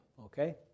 okay